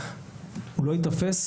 לא ייתפס,